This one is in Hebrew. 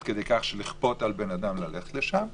כדי כך שאפשר יהיה לכפות על בן אדם ללכת לשם.